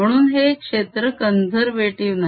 म्हणून हे क्षेत्र कॉन्झेरवेटीव नाही